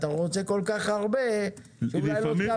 אתה רוצה כל כך הרבה שאולי לא תקבל כלום.